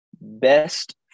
best